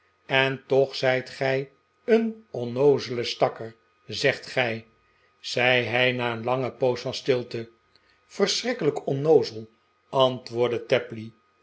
en toch zijt gij een onnoozele stakker zegt gij zei hij na een lange poos van stilte verschrikkelijk onnoozel antwoordde tapley